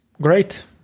great